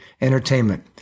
entertainment